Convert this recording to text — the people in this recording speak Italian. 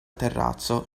terrazzo